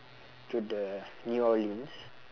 to the new orleans